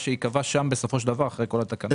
שייקבע שם בסופו של דבר אחרי כל התקנות.